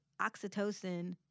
oxytocin